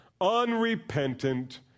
unrepentant